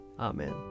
Amen